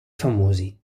famosi